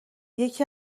یکی